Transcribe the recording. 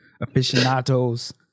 aficionados